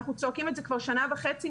אנחנו צועקים את זה כבר שנה וחצי,